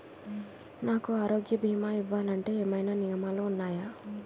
నాకు ఆరోగ్య భీమా ఇవ్వాలంటే ఏమైనా నియమాలు వున్నాయా?